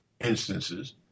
instances